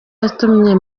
yatumye